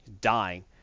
Dying